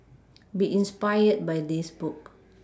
be inspired by this book